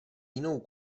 jinou